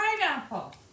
pineapple